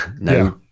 no